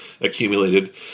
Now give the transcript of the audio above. accumulated